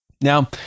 Now